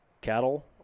cattle